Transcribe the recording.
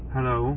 Hello